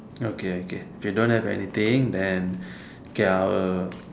okay okay you don't have anything then K I will